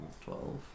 twelve